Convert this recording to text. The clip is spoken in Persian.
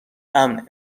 امن